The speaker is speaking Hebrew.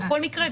בכל מקרה,